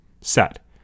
set